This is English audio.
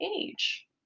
age